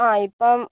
ആ ഇപ്പം